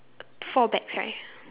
four bags right